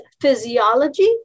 physiology